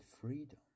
freedom